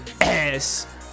ass